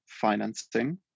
financing